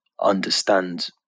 understand